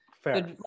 Fair